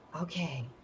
okay